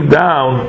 down